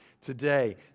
today